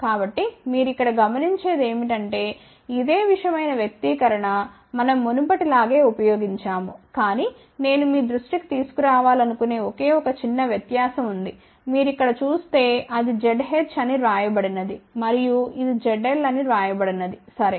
కాబట్టి మీరు ఇక్కడ గమనించేది ఏమిటంటే ఇదే విధమైన వ్యక్తీకరణ మనం మునుపటిలాగే ఉపయోగించాము కాని నేను మీ దృష్టిని తీసుకురావాలనుకునే ఒకే ఒక చిన్న వ్యత్యాసం ఉంది మీరు ఇక్కడ చూస్తే అది Zh అని వ్రాయబడినది మరియు ఇది Zl అని వ్రాయబడినది సరే